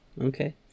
okay